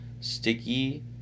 Sticky